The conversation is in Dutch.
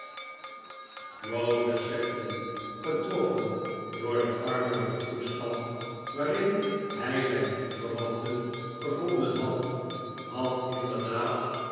sedley getroffen door den armelijken toestand waarin hij zijn bloedverwanten gevonden had had inderdaad